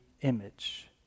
image